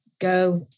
go